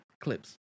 clips